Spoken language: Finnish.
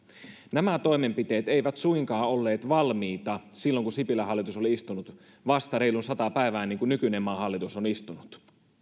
nämä toimenpiteet eivät suinkaan olleet valmiita silloin kun sipilän hallitus oli istunut vasta reilun sata päivää niin kuin nykyinen maan hallitus on istunut